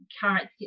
current